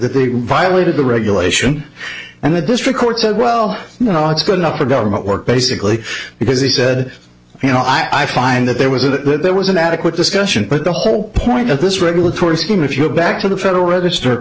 that they violated the regulation and the district court said well you know it's good enough for government work basically because he said you know i find that there was a good there was an adequate discussion but the whole point of this regulatory scheme if you back to the federal register